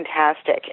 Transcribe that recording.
fantastic